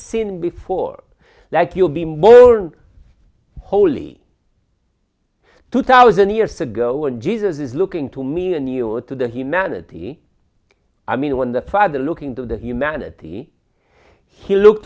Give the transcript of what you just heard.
seen before like you'll be more holy two thousand years ago and jesus is looking to me and you are to the humanity i mean when the father looking to the humanity he look